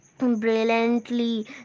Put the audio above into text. Brilliantly